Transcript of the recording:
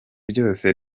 byose